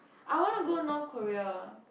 I wanna go North Korea